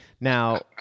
Now